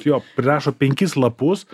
jo prirašo penkis lapus